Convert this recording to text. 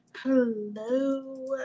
Hello